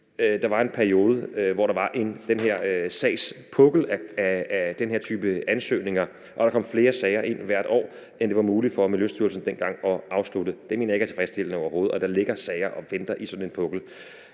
Det var en periode, hvor der var den her sagspukkel af den her type ansøgninger, og der kom flere sager ind hvert år, end det var muligt for Miljøstyrelsen dengang at afslutte. Jeg mener ikke, det er tilfredsstillende overhovedet, at der ligger sager og venter i sådan en pukkel.